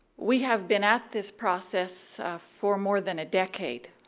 we have been at this process for more than a decade.